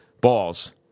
balls